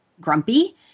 grumpy